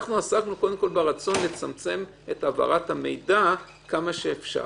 אנחנו עסקנו ברצון לצמצם את העברת המידע כמה שאפשר.